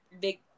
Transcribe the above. big